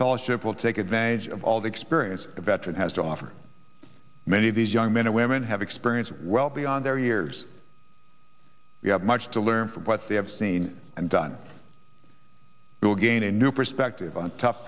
fellowship will take advantage of all the experience a veteran has to offer many of these young men and women have experience well beyond their years we have much to learn from what they have seen and done you'll gain a new perspective on to